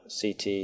CT